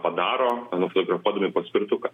padaro nufotografuodami paspirtuką